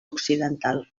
occidental